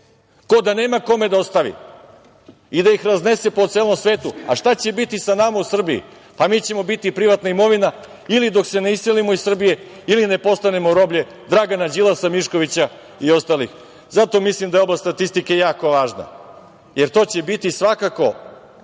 kao da nema kome da ostavi i da ih raznese po celom svetu? Šta će biti sa nama u Srbiji? Mi ćemo biti privatna imovina ili dok se ne iselimo iz Srbije ili ne postanemo roblje Dragana Đilasa, Miškovića i ostalih. Zato mislim da je oblast statistike jako važna, jer to će biti svakako,